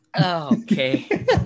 Okay